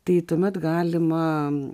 tai tuomet galima